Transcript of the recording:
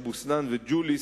אבו-סנאן וג'וליס,